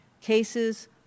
cases